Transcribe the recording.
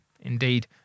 indeed